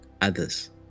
others